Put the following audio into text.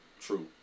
true